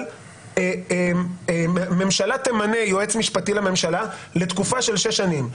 אבל הממשלה תמנה יועץ משפטי לממשלה לתקופה של 6 שנים.